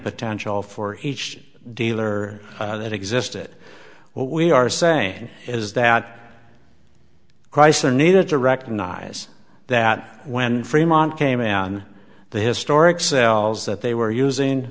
potential for each dealer that existed what we are saying is that chrysler needed to recognize that when fremont came in on the historic cells that they were using